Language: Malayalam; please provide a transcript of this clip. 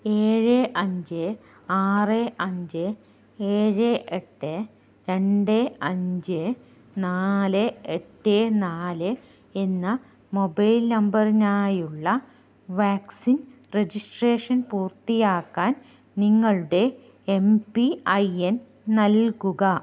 ഏഴ് അഞ്ച് ആറ് അഞ്ച് ഏഴ് എട്ട് രണ്ട് അഞ്ച് നാല് എട്ട് നാല് എന്ന മൊബൈൽ നമ്പറിനായുള്ള വാക്സിൻ രജിസ്ട്രേഷൻ പൂർത്തിയാക്കാൻ നിങ്ങളുടെ എം പി ഐ എൻ നൽകുക